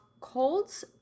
colds